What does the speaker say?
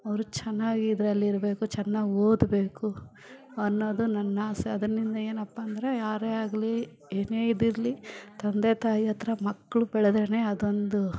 ಅವರು ಚೆನ್ನಾಗ್ ಇದರಲ್ಲಿ ಇರಬೇಕು ಚೆನ್ನಾಗಿ ಓದಬೇಕು ಅನ್ನೋದು ನನ್ನ ಆಸೆ ಅದ್ನಿಂದ ಏನಪ್ಪ ಅಂದರೆ ಯಾರೇ ಆಗಲಿ ಏನೇ ಇದಿರಲಿ ತಂದೆ ತಾಯಿಯಹತ್ರ ಮಕ್ಕಳು ಬೆಳೆದ್ರೆ ಅದೊಂದು